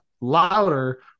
louder